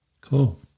Cool